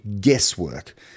guesswork